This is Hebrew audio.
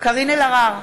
קארין אלהרר,